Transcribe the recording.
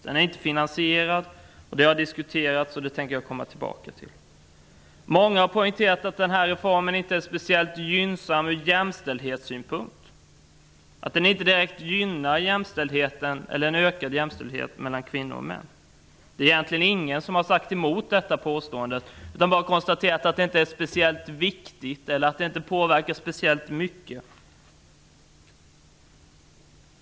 Den är inte finansierad, vilket redan har diskuterats, och det tänker jag komma tillbaka till. Många har poängterat att denna reform inte är speciellt gynnsam från jämställdhetssynpunkt, att den inte direkt gynnar jämställdheten mellan kvinnor och män. Det är egentligen ingen som har sagt emot det påståendet, utan man har bara konstaterat att detta inte är speciellt viktigt eller att det inte påverkar särskilt mycket.